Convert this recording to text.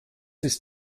ist